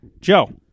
Joe